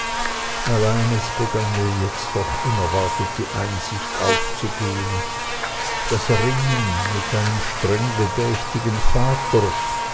allein es begann mir jetzt doch unerwartet die einsicht aufzugehen das ringen mit einem streng bedächtigen vater